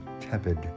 tepid